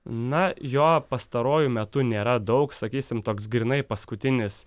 na jo pastaruoju metu nėra daug sakysim toks grynai paskutinis